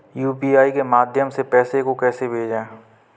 UPI के माध्यम से पैसे को कैसे भेजें?